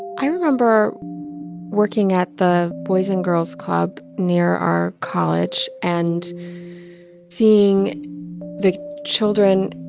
i remember working at the boys and girls club near our college and seeing the children,